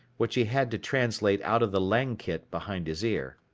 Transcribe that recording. which he had to translate out of the langkit behind his ear.